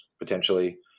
Potentially